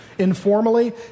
Informally